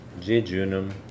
jejunum